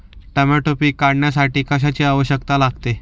Tomato पीक काढण्यासाठी कशाची आवश्यकता लागते?